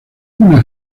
una